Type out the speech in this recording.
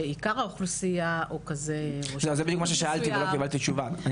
עיקר האוכלוסייה או כזה --- זה בדיוק מה ששאלתי ולא קיבלתי תשובה.